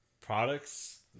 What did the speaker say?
products